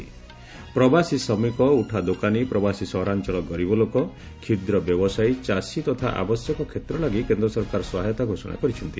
ପ୍ରବାସୀ ଶ୍ରମିକ ଉଠାଦୋକାନୀ ପ୍ରବାସୀ ସହରାଞ୍ଚଳ ଗରିବ ଲୋକ କ୍ଷୁଦ୍ର ବ୍ୟବସାୟୀ ଚାଷୀ ତଥା ଆବଶ୍ୟକ କ୍ଷେତ୍ର ଲାଗି କେନ୍ଦ୍ର ସରକାର ସହାୟତା ଘୋଷଣା କରିଛନ୍ତି